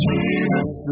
Jesus